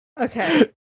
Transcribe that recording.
okay